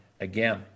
again